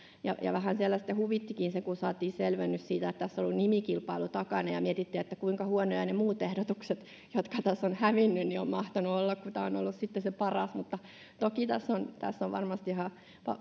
vähän siellä sitten huvittikin se kun saatiin selvennys siitä että tässä on ollut nimikilpailu takana ja mietittiin kuinka huonoja ne muut ehdotukset jotka tässä ovat hävinneet ovat mahtaneet olla kun tämä on ollut sitten se paras mutta toki tässä on tässä on varmasti ihan